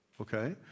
Okay